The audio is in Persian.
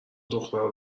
دخترها